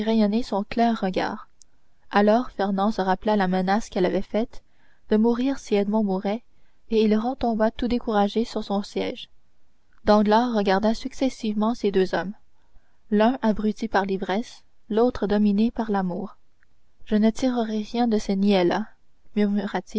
son clair regard alors fernand se rappela la menace qu'elle avait faite de mourir si edmond mourait et il retomba tout découragé sur son siège danglars regarda successivement ces deux hommes l'un abruti par l'ivresse l'autre dominé par l'amour je ne tirerai rien de ces